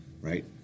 right